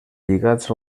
lligats